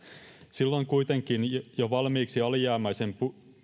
silloin kuitenkin jo valmiiksi alijäämäisen